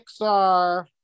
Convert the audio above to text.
Pixar